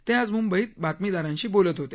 ते आज मुंबईत बातमीदारांशी बोलत होते